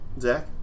Zach